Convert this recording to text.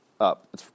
up